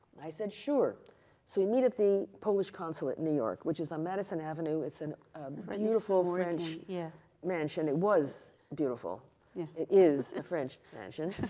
i said, sure so, we meet at the polish consulate in new york, which is on madison avenue. it's and a beautiful french yeah mansion. it was beautiful. yeah it is a french mansion.